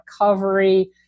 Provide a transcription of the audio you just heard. recovery